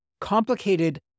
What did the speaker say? complicated